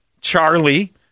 Charlie